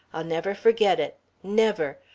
i'll never forget it never.